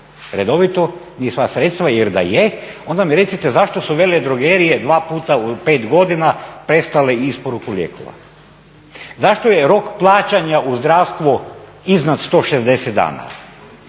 redovito ni sva sredstva jer da je onda mi recite zašto su veledrogerije 2 puta u 5 godina prestale s isporukom lijekova? Zašto je rok plaćanja u zdravstvu iznad 160 dana?